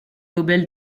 nobel